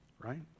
Right